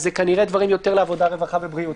אז זה כנראה דברים יותר לעבודה, רווחה ובריאות.